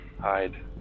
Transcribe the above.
Hide